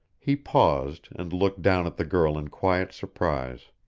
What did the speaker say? he paused and looked down at the girl in quiet surprise.